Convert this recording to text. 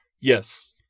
Yes